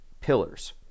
pillars